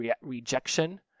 rejection